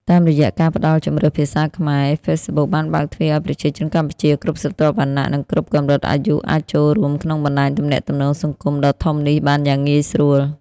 តាមរយៈការផ្តល់ជម្រើសភាសាខ្មែរ Facebook បានបើកទ្វារឲ្យប្រជាជនកម្ពុជាគ្រប់ស្រទាប់វណ្ណៈ និងគ្រប់កម្រិតអាយុ អាចចូលរួមក្នុងបណ្តាញទំនាក់ទំនងសង្គមដ៏ធំនេះបានយ៉ាងងាយស្រួល។